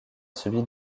celui